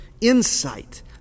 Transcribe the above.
insight